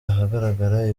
ahagaragara